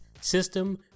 System